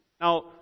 Now